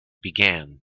began